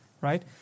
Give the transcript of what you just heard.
right